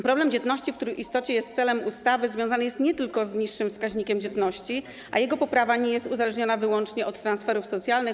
Problem dzietności, który w istocie jest celem ustawy, związany jest nie tylko z niższym wskaźnikiem dzietności, a jego poprawa nie jest uzależniona wyłącznie od transferów socjalnych.